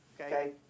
Okay